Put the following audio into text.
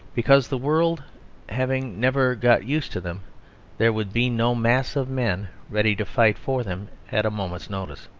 because the world having never got used to them there would be no mass of men ready to fight for them at a moment's notice.